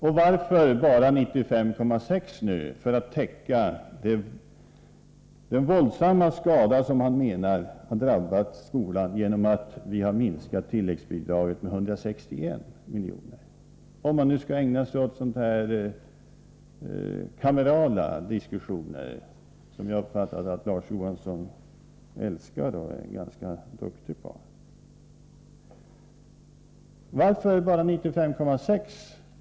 Och varför bara 95,6 milj.kr. för att ersätta den våldsamma skada som Larz Johansson menar har drabbat skolan genom att vi har minskat tilläggsbidraget med 161 milj.kr. — om man nu skall ägna sig åt sådana här kamerala diskussioner som jag uppfattade att Larz Johansson älskar och är ganska duktig på?